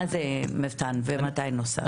מה זה מבת"ן, ומתי נוסד.